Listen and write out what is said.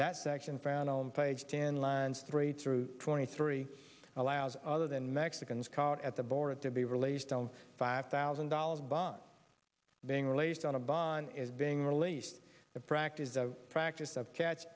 that section found on page ten lines three through twenty three allows other than mexicans caught at the border to be released on five thousand dollars bond being released on a bond is being released a practice a practice of catch